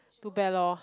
too bad lor